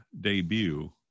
debut